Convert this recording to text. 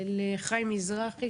לחיים מזרחי,